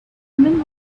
woman